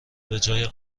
بجای